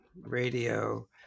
Radio